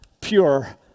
pure